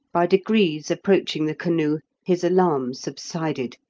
by degrees approaching the canoe his alarm subsided,